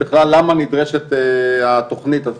בכלל למה נדרשת התכנית הזאת.